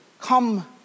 Come